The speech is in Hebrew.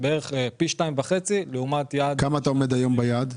פי שניים וחצי לעומת יעד -- כמה אתה עומד היום ביעד?